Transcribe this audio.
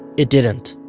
it didn't.